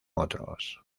otros